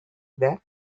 that